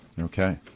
Okay